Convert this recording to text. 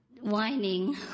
whining